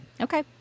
Okay